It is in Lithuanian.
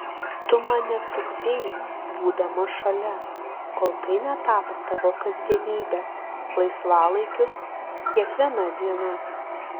tu man netrukdei būdama šalia kol tai netapo tavo kasdienybe laisvalaikiu kiekviena diena